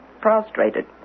prostrated